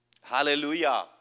Hallelujah